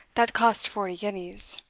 that cost forty guineas.